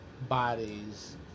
bodies